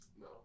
No